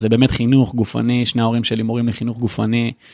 זה באמת חינוך, גופני, שני ההורים שלי מורים לחינוך גופני.